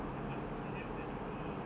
selepas itu diam diam I was like ignore ah